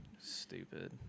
Stupid